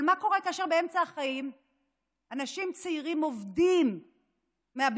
אבל מה קורה כאשר באמצע החיים אנשים צעירים עובדים מאבדים